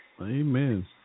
Amen